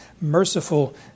merciful